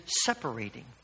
separating